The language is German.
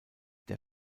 der